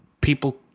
people